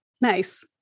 Nice